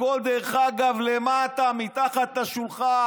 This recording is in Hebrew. הכול, דרך אגב, למטה, מתחת לשולחן.